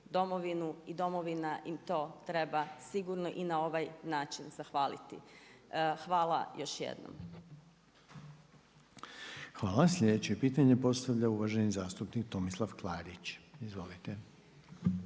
domovinu i domovina im to treba sigurno i na ovaj način zahvaliti. Hvala još jednom. **Reiner, Željko (HDZ)** Hvala. Sljedeće pitanje postavlja uvaženi zastupnik Tomislav Klarić. Izvolite.